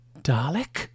Dalek